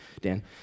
Dan